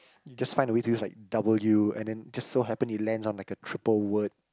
you just find a way to use like W and then just so happen it lands on like a triple word